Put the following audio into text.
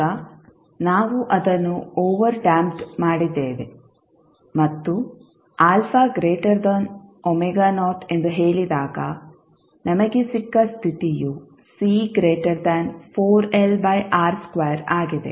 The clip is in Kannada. ಈಗ ನಾವು ಅದನ್ನು ಓವರ್ ಡ್ಯಾಂಪ್ಡ್ ಮಾಡಿದ್ದೇವೆ ಮತ್ತು ಎಂದು ಹೇಳಿದಾಗ ನಮಗೆ ಸಿಕ್ಕ ಸ್ಥಿತಿಯು ಆಗಿದೆ